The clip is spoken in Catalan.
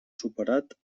superat